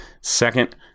Second